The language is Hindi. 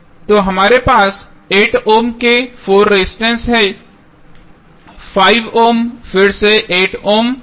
तो हमारे पास 8 ओम के 4 रेजिस्टेंस हैं 5 ओम फिर से 8 ओम और 4 ओम हैं